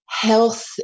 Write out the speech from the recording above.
health